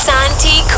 Santi